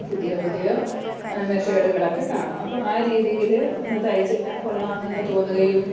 പുതിയ പു തിയ മെത്തേഡുകളൊക്കെ കാണും അപ്പ ആ രീതിയിൽ ഒന്ന് തയ്ച്ചിട്ടാൽ കൊള്ളമെന്ന് തോന്നുകയും